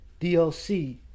DLC